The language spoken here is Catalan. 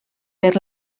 per